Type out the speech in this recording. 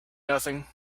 nothing